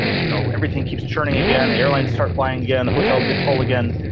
you know, everything keeps churning again. the airlines start flying again, hotels get full again,